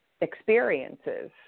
experiences